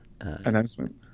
announcement